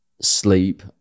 sleep